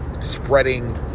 spreading